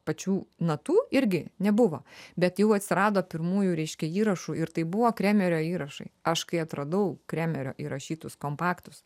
pačių natų irgi nebuvo bet jau atsirado pirmųjų ryškių įrašų ir tai buvo kremerio įrašai aš kai atradau kremerio įrašytus kompaktus